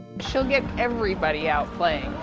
she'll get everybody out playing.